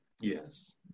yes